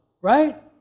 right